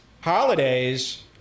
holidays